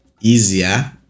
easier